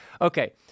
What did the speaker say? okay